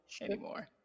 anymore